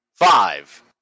Five